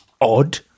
odd